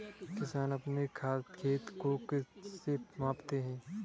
किसान अपने खेत को किससे मापते हैं?